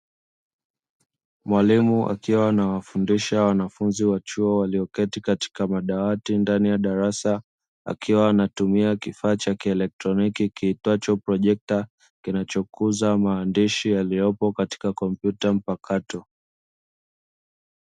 Mwalimu akiwa na anawafundisha wanafunzi wa chuo walioketi katika madawati ndani ya darasa, akiwa anatumia kifaa cha kielektroniki kiitwacho projekta kinachokuza maandishi yaliyopo katika kompyuta mpakato.